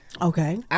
Okay